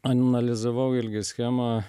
analizavau ilgi schemą